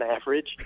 average